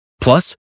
Plus